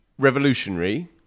revolutionary